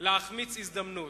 להחמיץ הזדמנות.